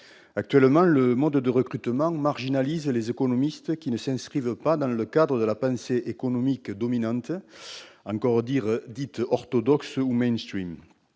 Actuellement, le mode de recrutement marginalise les économistes qui ne s'inscrivent pas dans le cadre de la pensée économique dominante, encore dite « orthodoxe » ou.